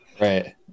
right